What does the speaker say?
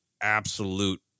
absolute